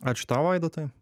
ačiū tau vaidotai